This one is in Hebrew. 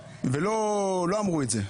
רק לא אמרו את זה.